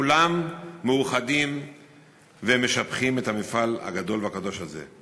כולם מאוחדים ומשבחים את המפעל הגדול והקדוש הזה.